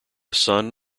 son